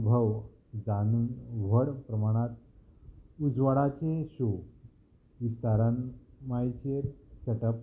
अनूभव जाणून व्हड प्रमाणांत उजवाडाचे शो विस्तारन मायचयेर सेटप